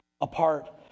apart